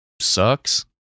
sucks